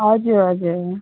हजुर हजुर